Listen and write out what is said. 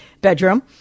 bedroom